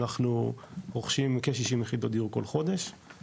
אנחנו רוכשים כשישים יחידות דיור כל חודש,